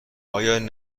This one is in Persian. این